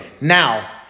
now